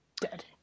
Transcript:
Dead